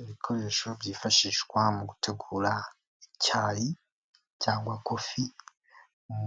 Ibikoresho byifashishwa mu gutegura icyayi cyangwa kofi